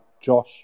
Josh